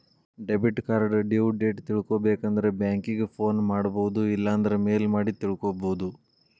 debit card due date ತಿಳ್ಕೊಬೇಕಂದ್ರ banking phone ಮಾಡೊಬೋದು ಇಲ್ಲಾಂದ್ರ ಮೇಲ್ ಮಾಡಿ ತಿಳ್ಕೋಬೋದು